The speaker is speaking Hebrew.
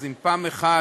אז אם פעם אחת